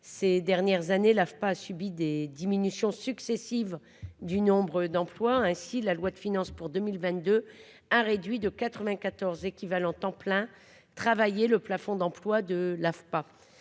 ces dernières années, l'AFPA a subi des diminutions successives du nombre d'emplois ainsi la loi de finances pour 2022 a réduit de 94 équivalents temps plein travaillés le plafond d'emplois de l'AFPA